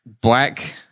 black